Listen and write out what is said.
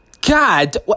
God